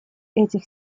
этих